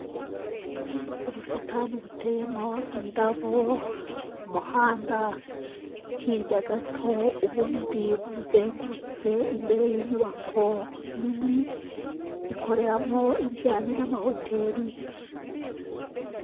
Ubusitani buteyemo indabo ku muhanda, hirya gato ubundi buzengurutse imbere y'inyubako nini ikoreramo ibijyanye n'amahoteri.